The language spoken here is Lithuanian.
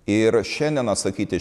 ir šiandien atsakyti